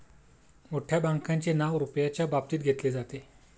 मोठ्या बँकांचे नाव रुपयाच्या बाबतीत घेतले जाते